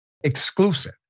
Exclusive